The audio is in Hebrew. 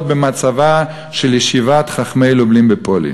במצבה של ישיבת 'חכמי לובלין' בפולין".